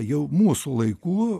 jau mūsų laikų